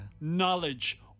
Knowledge